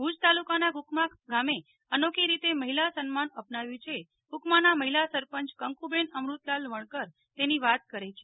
ભુજ તાલુકાના કુકમા ગામે અનોખી રીતે મહિલા સન્માન અપનાવ્યું છે કુકમાનાં મહિલા સરપંચ કંકુબેન અમૃતલાલ વણકર તેની વાત કરે છે